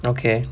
okay